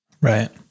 Right